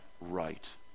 right